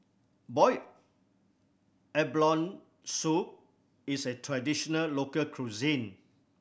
boiled abalone soup is a traditional local cuisine